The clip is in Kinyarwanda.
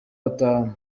batanu